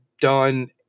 done